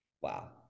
wow